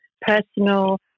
personal